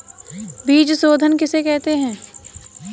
बीज शोधन किसे कहते हैं?